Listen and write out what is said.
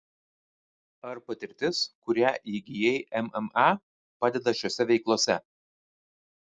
ar patirtis kurią įgijai mma padeda šiose veiklose